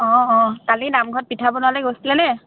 অঁ অঁ কালি নামঘৰত পিঠা বনাবলে গৈছিলে নে